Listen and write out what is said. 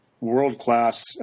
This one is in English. world-class